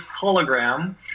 hologram